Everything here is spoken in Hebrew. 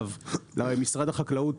לבקשת שר החקלאות,